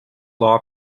law